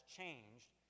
changed